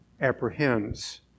apprehends